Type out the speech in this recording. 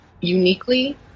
uniquely